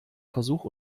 versuch